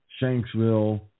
Shanksville